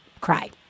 cry